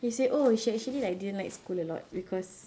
then she said oh she actually like didn't like school a lot because